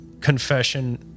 confession